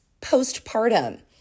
postpartum